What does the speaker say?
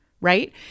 right